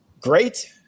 Great